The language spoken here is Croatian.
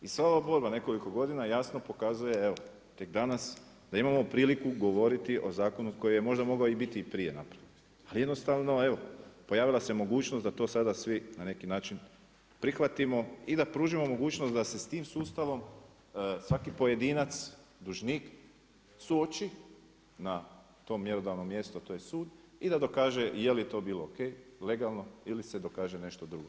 I sva ova borba, nekoliko godina, jasno pokazuje, evo tek danas, da imamo priliku govoriti o zakonu, koji je možda mogao biti i prije napravljen, ali jednostavno, evo pojavila se mogućnost da to sada svi na neki način prihvatimo i da pružimo mogućnost da se s tim sustavom, svaki pojedinac, dužnik suoči na to mjerodavno mjesto, a to je sud, i da dokaže je li to bilo ok, legalno ili se dokaže nešto drugo.